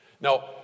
Now